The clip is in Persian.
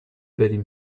بریم